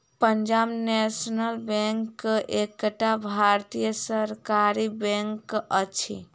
Punjab National Bank एकटा भारतीय सरकारी बैंक अछि